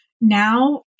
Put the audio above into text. now